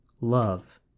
love